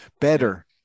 better